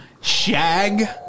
shag